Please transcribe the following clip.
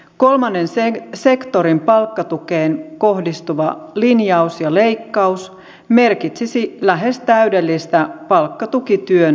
kolmannen sektorin palkkatukeen kohdistuva linjaus ja leikkaus merkitsisi lähes täydellistä palkkatukityön alasajoa